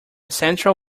central